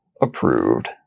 approved